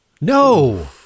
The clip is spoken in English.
No